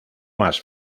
más